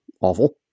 awful